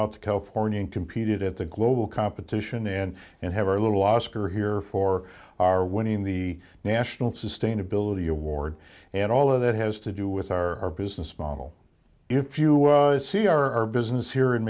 out to california and competed at the global competition and and have our little oscar here for our winning the national sustainability award and all of that has to do with our business model if you see our business here in